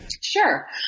Sure